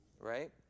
right